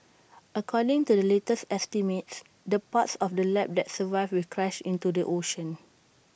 according to the latest estimates the parts of the lab that survive will crash into the ocean